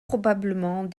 probablement